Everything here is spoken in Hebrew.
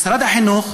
משרד החינוך,